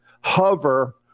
hover